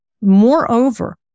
Moreover